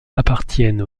appartiennent